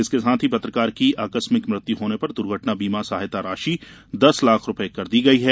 इसके साथ ही पत्रकार की आकस्मिक मृत्यु होने पर दुघर्टना बीमा सहायता राशि दस लाख रूपये कर दी गई है